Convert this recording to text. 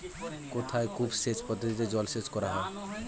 কোথায় কূপ সেচ পদ্ধতিতে জলসেচ করা হয়?